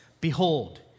behold